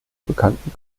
bekannten